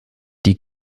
die